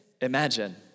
imagine